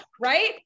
Right